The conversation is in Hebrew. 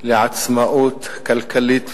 לעצמאות כלכלית ומדינית.